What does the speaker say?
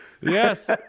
Yes